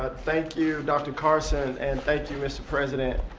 but thank you, dr. carson, and thank you, mr. president,